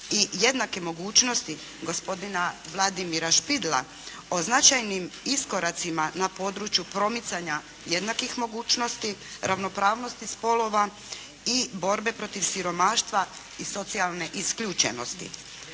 i jednake mogućnosti gospodina Vladimira Štidla o značajnim iskoracima na području promicanja jednakih mogućnosti, ravnopravnosti spolova i borbe protiv siromaštva i socijalne isključenosti.